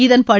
இதன்படி